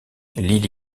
l’île